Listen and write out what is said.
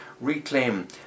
reclaim